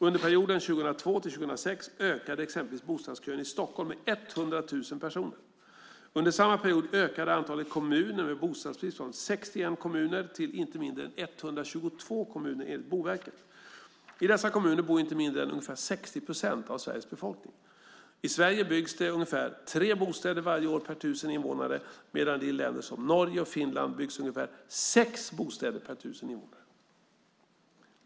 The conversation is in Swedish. Under perioden 2002-2006 ökade exempelvis bostadskön i Stockholm med 100 000 personer. Under samma period ökade antalet kommuner med bostadsbrist från 61 kommuner till inte mindre än 122 kommuner enligt Boverket. I dessa kommuner bor inte mindre än ungefär 60 procent av Sveriges befolkning. I Sverige byggs det ungefär tre bostäder varje år per tusen invånare medan det i länder som Norge och Finland byggs ungefär sex bostäder per tusen invånare.